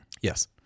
Yes